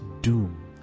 doom